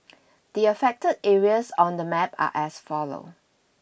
the affected areas on the map are as follow